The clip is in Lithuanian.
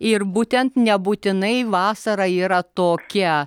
ir būtent nebūtinai vasara yra tokia